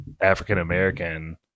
African-American